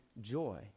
joy